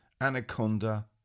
anaconda